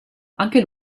anche